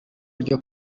ryo